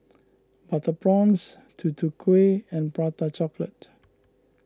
Butter Prawns Tutu Kueh and Prata Chocolate